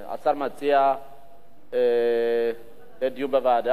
השר מציע דיון בוועדה.